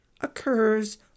occurs